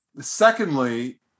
Secondly